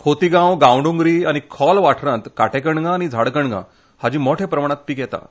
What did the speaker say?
खोतीगांव गावडोंगरी आनी खोल वाठारांत काटेकणगां आनी झाडकणगां हांचे मोट्या प्रमाणांत पीक घेतात